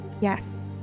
Yes